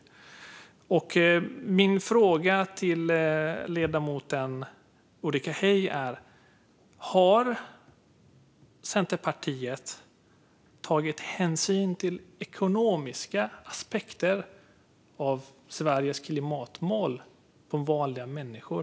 Min fråga till ledamoten Ulrika Heie är: Har Centerpartiet tagit hänsyn till ekonomiska aspekter av Sveriges klimatmål för vanliga människor?